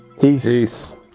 peace